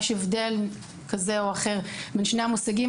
יש הבדל כזה או אחר בין שני המושגים,